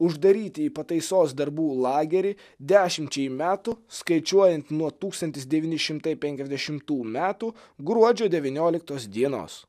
uždaryti į pataisos darbų lagerį dešimčiai metų skaičiuojant nuo tūkstantis devyni šimtai penkiasdešimtų metų gruodžio devynioliktos dienos